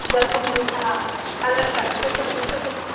धर्तुं योग्याः पादरक्षा अस्ति पश्यतु पश्यतु